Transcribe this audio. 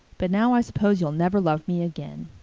but now i s'pose you'll never love me again.